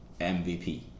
MVP